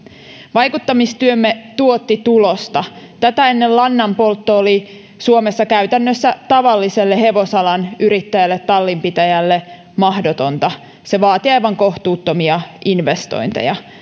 vaikuttamistyömme tuotti tulosta tätä ennen lannanpoltto oli suomessa käytännössä tavalliselle hevosalan yrittäjälle tallinpitäjälle mahdotonta se vaati aivan kohtuuttomia investointeja